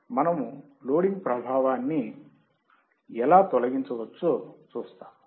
మనము లోడింగ్ ప్రభావాన్ని ఎలా తొలగించవచ్చో చూస్తాము